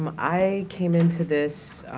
um i came into this,